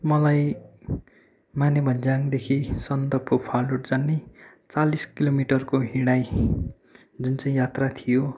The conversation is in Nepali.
मलाई माने भञ्ज्याङदेखि सन्दकफू फालुट जाने चालिस किलोमिटरको हिँडाई जुन चाहिँ यात्रा थियो